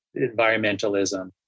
environmentalism